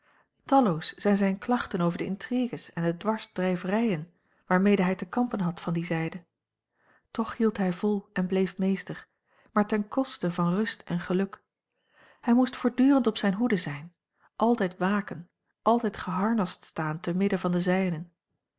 talloos zijn zijne klachten over de intrigues en de dwarsdrijverijen waarmede hij te kampen had van die zijde toch hield hij vol en bleef meester maar ten koste van rust en geluk hij moest voortdurend op zijne hoede zijn altijd waken altijd geharnast staan te midden van de zijnen